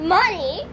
money